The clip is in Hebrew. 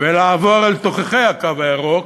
ולעבור אל תוככי הקו הירוק,